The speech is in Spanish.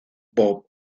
bob